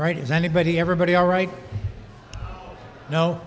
right is anybody everybody all right no